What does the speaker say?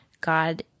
God